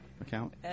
account